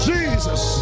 Jesus